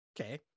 okay